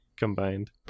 combined